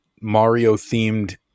Mario-themed